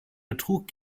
betrug